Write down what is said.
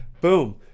boom